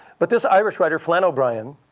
but this irish writer, flann o'brien,